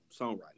songwriting